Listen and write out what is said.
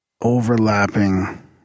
overlapping